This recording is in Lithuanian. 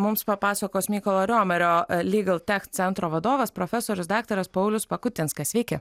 mums papasakos mykolo riomerio lygltech centro vadovas profesorius daktaras paulius pakutinskas sveiki